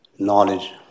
knowledge